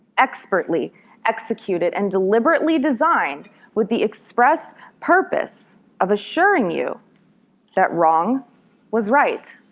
expertly executed, and deliberately designed with the express purpose of assuring you that wrong was right,